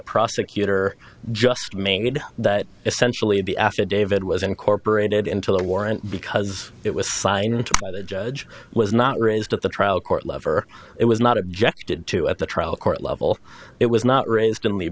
prosecutor just made that essentially the affidavit was incorporated into the warrant because it was signed by the judge was not raised at the trial court lover it was not objected to at the trial court level it was not raised